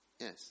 yes